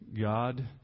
God